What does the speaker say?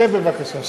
שב בבקשה.